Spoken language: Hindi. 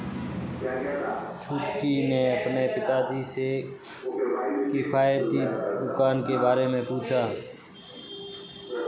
छुटकी ने अपने पिताजी से किफायती दुकान के बारे में पूछा